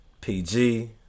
PG